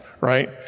right